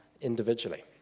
individually